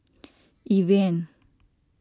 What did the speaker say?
Evian